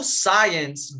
science